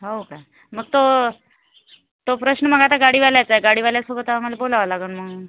हो का मग तो तो प्रश्न मग आता गाडीवाल्याचा आहे गाडीवाल्यासोबत आम्हाला बोलावं लागेल मग